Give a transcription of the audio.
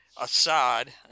Assad